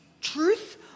truth